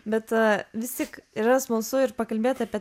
bet visi yra smalsu ir pakalbėt apie